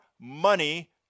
money